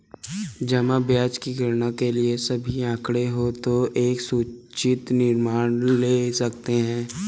जमा ब्याज की गणना के लिए सभी आंकड़े हों तो एक सूचित निर्णय ले सकते हैं